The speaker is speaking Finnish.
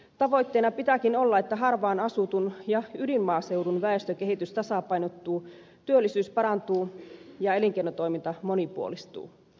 tavoitteena pitääkin olla että harvaan asutun ja ydinmaaseudun väestökehitys tasapainottuu työllisyys parantuu ja elinkeinotoiminta monipuolistuu